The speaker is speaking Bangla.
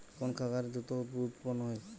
কোন খাকারে দ্রুত দুধ উৎপন্ন করে?